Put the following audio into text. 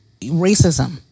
racism